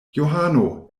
johano